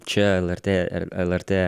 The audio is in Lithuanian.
čia lrt lrt